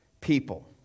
people